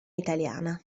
italiana